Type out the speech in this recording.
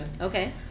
Okay